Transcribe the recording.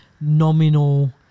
nominal